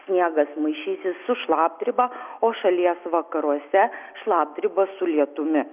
sniegas maišysis su šlapdriba o šalies vakaruose šlapdriba su lietumi